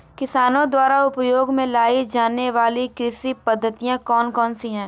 किसानों द्वारा उपयोग में लाई जाने वाली कृषि पद्धतियाँ कौन कौन सी हैं?